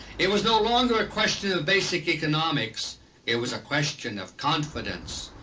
it was no longer a question of basic economics it was a question of confidence.